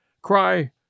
cry